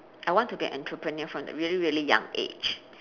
I want to be an entrepreneur from a really really young age